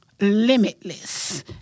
Limitless